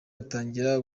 atangira